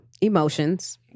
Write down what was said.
emotions